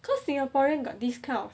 because singaporean got this kind of